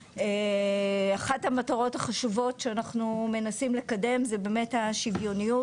אחת המטרות החשובות שאנחנו מנסים לקדם זה באמת השוויוניות